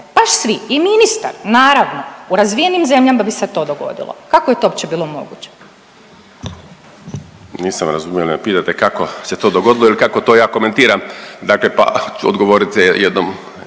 baš svi i ministar naravno, u razvijenim zemljama bi se to dogodilo. Kako je to uopće bilo moguće? **Martinović, Juro** Nisam razumio jel me pitate kako se to dogodilo ili kako to ja komentiram, dakle pa ću odgovoriti jednom,